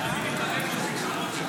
מתערב, מחזיק שטרות של כסף.